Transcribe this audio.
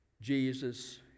Jesus